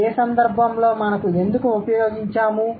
ఏ సందర్భంలో మనం ఎందుకు ఉపయోగించాము